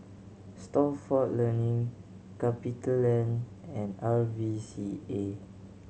Stalford Learning CapitaLand and R V C A